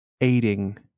aiding